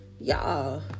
y'all